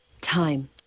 Time